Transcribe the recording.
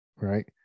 right